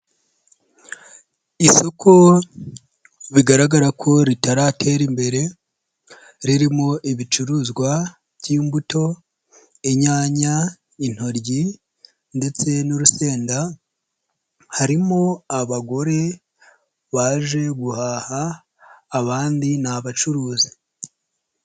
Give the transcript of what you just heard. Isoko bigaragara ko ritaratera imbere, ririmo ibicuruzwa by'imbuto, inyanya, intoryi ndetse n'urusenda, harimo abagore baje guhaha, abandi ni abacuruzi.